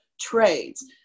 trades